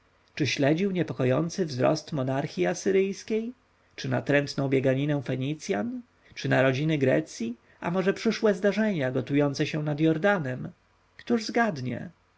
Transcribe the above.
czy śledził niepokojący wzrost monarchji asyryjskiej czy natrętną bieganinę fenicjan czy narodziny grecji a może przyszłe zdarzenia gotujące się nad jordanem któż zgadnie